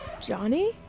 Johnny